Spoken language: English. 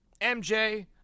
MJ